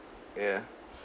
ya